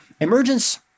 emergence